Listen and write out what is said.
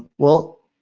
well,